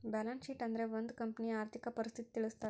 balance sheet ಅಂದ್ರೆ ಒಂದ್ ಕಂಪನಿಯ ಆರ್ಥಿಕ ಪರಿಸ್ಥಿತಿ ತಿಳಿಸ್ತವೆ